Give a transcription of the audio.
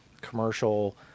commercial